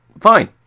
fine